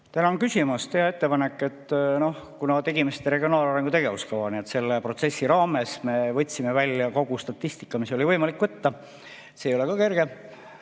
Tänan küsimast! Hea ettepanek. Kuna me tegime regionaalarengu tegevuskava, siis selle protsessi raames me võtsime välja kogu statistika, mida oli võimalik võtta. See ei ole ka kerge.